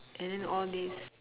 and then all this